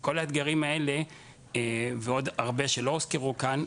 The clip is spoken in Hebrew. כל האתגרים האלה ועוד הרבה שלא הוזכרו כאן,